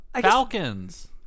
Falcons